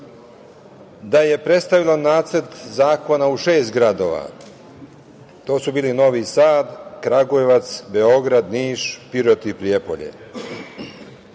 da je predstavilo Nacrt zakona u šest gradova. To su bili Novi Sad, Kragujevac, Beograd, Niš, Pirot i Prijepolje.